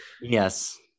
yes